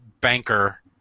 banker